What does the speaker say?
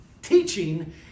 Teaching